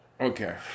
okay